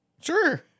sure